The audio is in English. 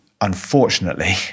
unfortunately